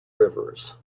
rivers